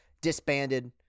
disbanded